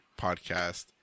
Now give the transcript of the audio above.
podcast